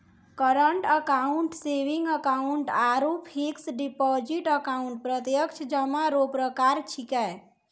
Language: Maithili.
करंट अकाउंट सेविंग अकाउंट आरु फिक्स डिपॉजिट अकाउंट प्रत्यक्ष जमा रो प्रकार छिकै